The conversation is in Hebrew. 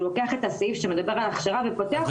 שהוא לוקח את הסעיף שמדבר על הכשרה ופותח אותו,